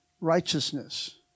Righteousness